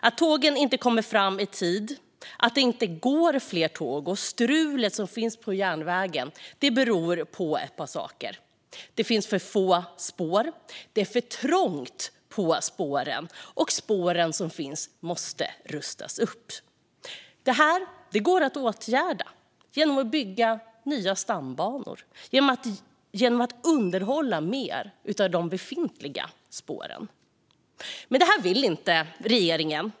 Att tågen inte kommer fram i tid, att det inte går fler tåg och det strul som finns på järnvägen beror på ett par saker: Det finns för få spår, det är för trångt på spåren och spåren som finns måste rustas upp. Det här går att åtgärda genom att bygga nya stambanor och underhålla mer av de befintliga spåren. Detta vill dock inte regeringen.